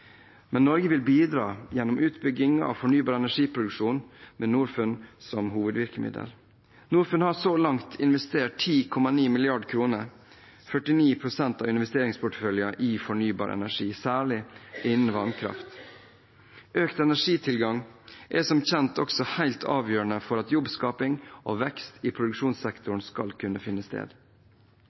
Norge vil bidra gjennom utbygging av fornybar energiproduksjon, med Norfund som hovedvirkemiddel. Norfund har så langt investert 10,9 mrd. kr – 49 pst. av investeringsporteføljen – i fornybar energi, særlig innen vannkraft. Økt energitilgang er som kjent også helt avgjørende for at jobbskaping og vekst i produksjonssektoren skal kunne finne sted.